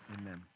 amen